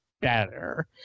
better